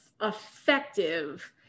effective